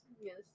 Yes